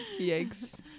yikes